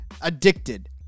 addicted